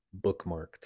Bookmarked